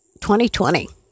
2020